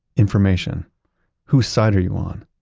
information whose side are you on?